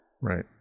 Right